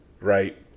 Right